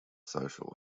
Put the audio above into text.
social